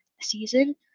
season